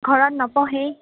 ঘৰত নপঢ়েই